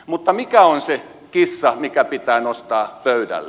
mutta mikä on se kissa mikä pitää nostaa pöydälle